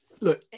look